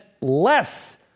less